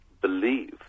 believe